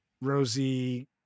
Rosie